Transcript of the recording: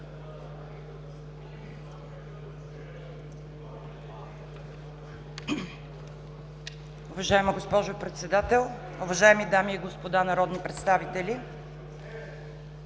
Уважаема госпожо Председател, уважаеми дами и господа народни представители!